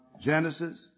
Genesis